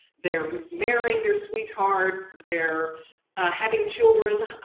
they're marrying their sweethearts, they're having children,